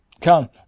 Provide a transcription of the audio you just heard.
Come